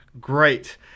great